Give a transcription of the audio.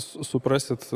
su suprasit